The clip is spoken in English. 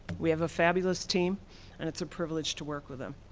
we have a fabulous team and it's a privilege to work with them.